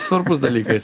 svarbus dalykas